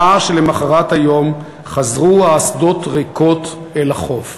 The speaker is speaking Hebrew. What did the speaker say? אלא שלמחרת היום חזרו האסדות ריקות אל החוף".